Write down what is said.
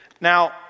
Now